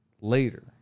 later